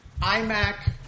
iMac